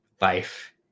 life